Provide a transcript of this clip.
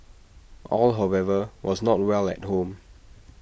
all however was not well at home